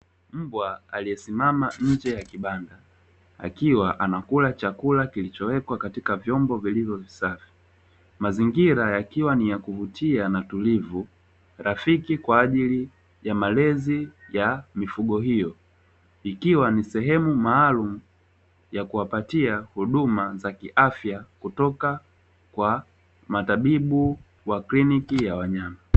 Mbwa aliesimama nje ya kibanda, akiwa anakula chakula kulichowekwa katika vyombo vilivyo visafi, mazingira yakiwa ni ya kuvutia na tulivu, rafiki kwaajili ya malezi ya mifugo hio, ikiwa ni sehemu maalum ya kuwapatia huduma za kiafya kutoka kwa matabibu wa kliniki ya wanyama.